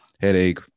headache